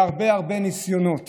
הרבה הרבה ניסיונות